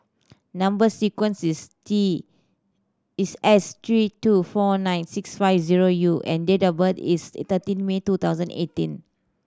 number sequence is T is S three two four nine six five zero U and date of birth is thirteen May two thousand eighteen